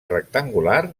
rectangular